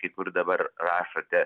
kai kur dabar rašote